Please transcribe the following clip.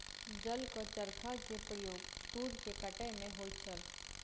जलक चरखा के प्रयोग तूर के कटै में होइत छल